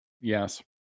yes